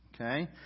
okay